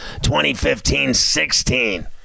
2015-16